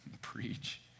preach